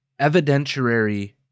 evidentiary